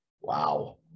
Wow